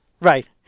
right